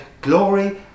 glory